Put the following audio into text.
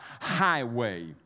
highway